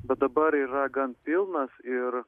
bet dabar yra gan pilnas ir